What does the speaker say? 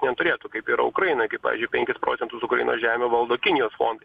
neturėtų kaip yra ukrainoj kaip pavyzdžiui penkis procentus ukrainos žemę valdo kinijos fondai